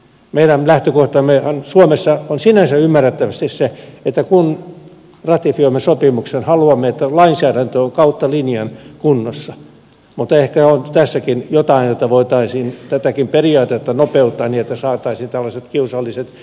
meidän lähtökohtammehan suomessa on sinänsä ymmärrettävästi se että kun ratifioimme sopimuksen haluamme että lainsäädäntö on kautta linjan kunnossa mutta ehkä on tässäkin jotain että voitaisiin tätäkin periaatetta nopeuttaa niin että saataisiin tällaiset kiusalliset viivästymiset poistumaan